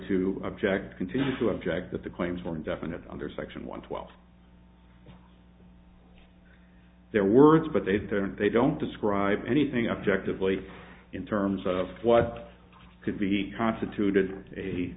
to object to continue to object that the claims were indefinite under section one twelve their words but they didn't they don't describe anything objectively in terms of what could be constituted a